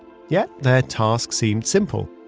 yet their task seemed simple,